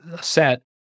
set